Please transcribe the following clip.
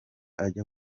ajya